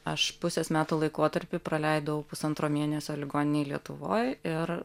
aš pusės metų laikotarpį praleidau pusantro mėnesio ligoninėj lietuvoj ir